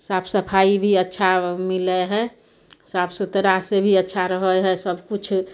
साफ सफाइ भी अच्छा मिलय हइ साफ सुथरासँ भी अच्छा रहय हइ सबकिछु